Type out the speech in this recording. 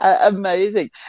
amazing